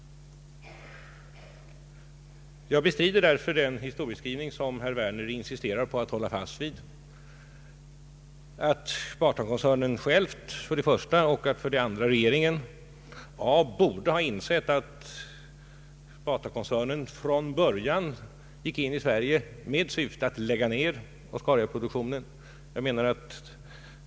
Jag bestrider därför den historieskrivning som herr Werner håller fast vid och som går ut på att visa att regeringen borde ha insett att Batakoncernen från början gick in på den svenska marknaden med syfte att lägga ned Oscariaproduktionen.